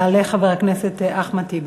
יעלה חבר הכנסת אחמד טיבי.